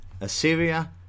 Assyria